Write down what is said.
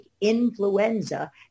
influenza